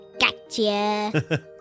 Gotcha